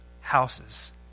houses